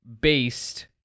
based